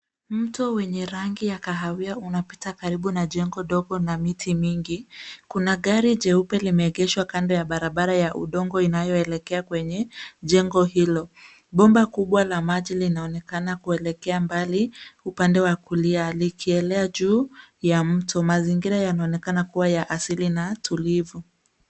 Mto wenye rangi ya kahawia unapita karibu na jengo dogo na miti mingi. Kuna gari jeupe limeegeshwa kando ya barabara ya udongo inayoelekea kwenye jengo hilo. Bomba kubwa la maji linaonekana kuelekea mbali upande wa kulia kulia likielea juu ya mto. Mazingira yanaonekana kuwa ya asili na tulivu.